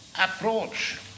approach